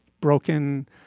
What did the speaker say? broken